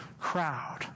crowd